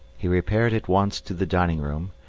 he repaired at once to the dining-room,